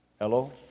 Hello